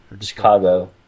Chicago